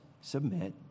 submit